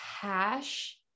cash